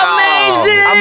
Amazing